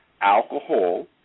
Alcohol